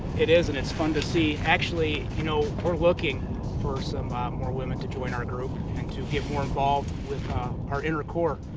it is and it's fun to see. actually, you know we're looking for so more women to join our group and to get more involved with our inner core,